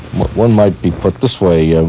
one might be put this way, ah